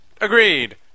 Agreed